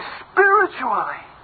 spiritually